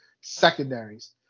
secondaries